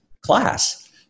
class